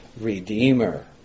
Redeemer